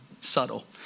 subtle